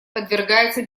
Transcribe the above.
подвергается